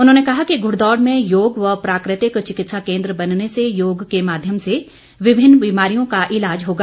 उन्होंने कहा कि घुड़दौड़ में योग व प्राकृतिक चिकित्सा केंद्र बनने से योग के माध्यम से विभिन्न बीमारियों का ईलाज होगा